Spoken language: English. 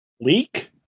Leak